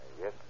Yes